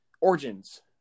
Origins